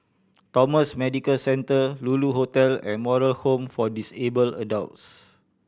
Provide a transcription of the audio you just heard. Thomson Medical Centre Lulu Hotel and Moral Home for Disabled Adults